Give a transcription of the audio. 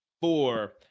four